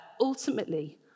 ultimately